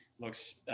Looks